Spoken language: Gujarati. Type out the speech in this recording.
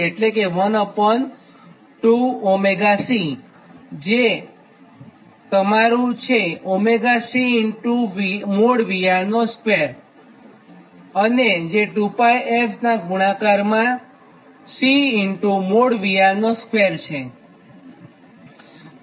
અને 𝜔C | VR | 2 છે અને જે 2𝜋f નાં ગુણાકારમાં C | VR | 2 છે